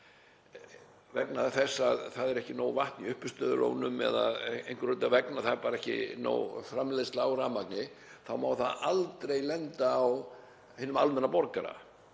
vegna þess að það er ekki nóg vatn í uppistöðulónum eða einhverra annarra hluta vegna, það er bara ekki nóg framleiðsla á rafmagni, þá má það aldrei lenda á hinum almenna borgara.